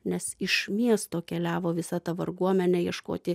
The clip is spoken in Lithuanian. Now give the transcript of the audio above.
nes iš miesto keliavo visa ta varguomenė ieškoti